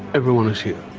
everyone is here.